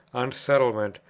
unsettlement,